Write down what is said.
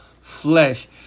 flesh